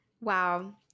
wow